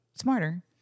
smarter